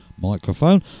microphone